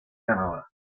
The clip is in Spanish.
ganadora